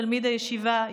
תלמיד הישיבה,